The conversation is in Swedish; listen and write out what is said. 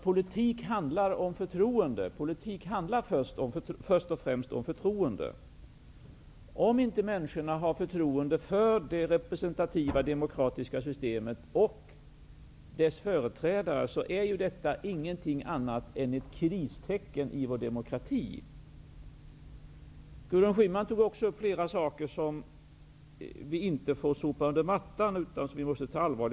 Politik handlar först och främst om förtroende. Om människorna inte har förtroende för det representativa demokratiska systemet och dess företrädare är detta ingenting annat än ett kristecken i vår demokrati. Gudrun Schyman tog också upp flera saker som vi inte får sopa under mattan utan som vi måste ta på allvar.